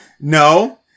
no